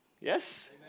Yes